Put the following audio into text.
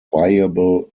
viable